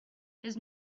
his